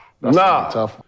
Nah